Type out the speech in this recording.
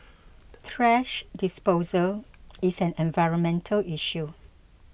thrash disposal is an environmental issue